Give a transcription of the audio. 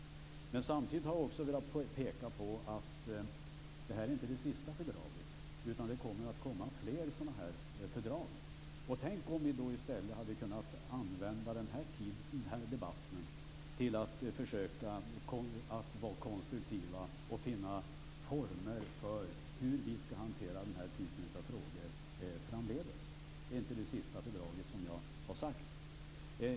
Samtidigt har jag också velat peka på att det här inte är det sista fördraget. Det kommer att komma fler sådana här fördrag. Tänk om vi då i stället hade kunnat använda den här debatten till att försöka vara konstruktiva och finna former för hur vi skall hantera den här typen av frågor framdeles. Det är, som jag har sagt, inte det sista fördraget.